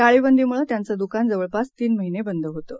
टाळेबंदीमुळेत्यांचंदुकानजवळपासतीनमहिनेबंदहोतं